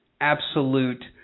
absolute